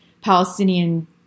Palestinian